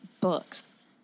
books